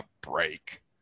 break